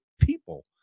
people